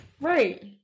Right